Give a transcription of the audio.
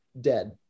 dead